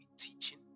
teaching